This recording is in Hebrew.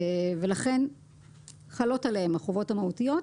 לכן חלות עליהם החובות המהותיות.